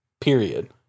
period